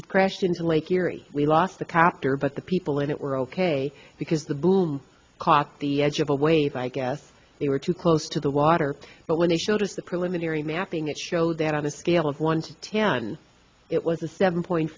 it crashed into lake erie we lost the captor but the people in it were ok because the boom caught the edge of a wave i guess they were too close to the water but when they showed us the preliminary mapping it showed that on a scale of one to ten it was a seven point